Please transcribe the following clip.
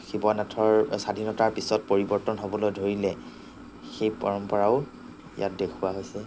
শিৱনাথৰ স্বাধীনতাৰ পিছত পৰিৱৰ্তন হ'বলৈ ধৰিলে সেই পৰম্পৰাও ইয়াত দেখুওৱা হৈছে